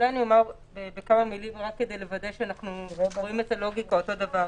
אומר בכמה מילים רק כדי לוודא שאנחנו רואים את הלוגיקה אותו דבר.